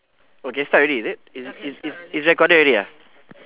is is is is recorded already ah